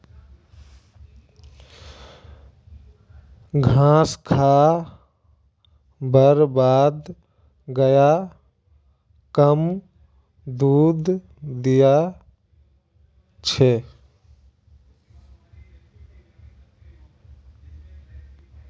घास खा बार बाद गाय कम दूध दी छे